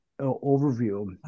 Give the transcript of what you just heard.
overview